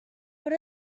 what